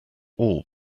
all